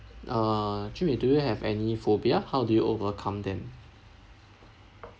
uh jun wei do you have any phobia how do you overcome them